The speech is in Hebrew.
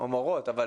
אנחנו